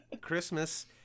Christmas